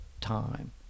time